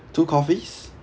two coffees